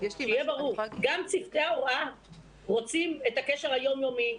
שיהיה ברור: גם צוותי ההוראה רוצים את הקשר היום-יומי,